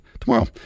tomorrow